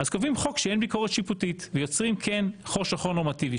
כותבים חוק שאין ביקורת שיפוטית ויוצרים חור שחור נורמטיבי.